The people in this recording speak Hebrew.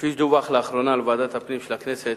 כפי שדווח לאחרונה לוועדת הפנים של הכנסת,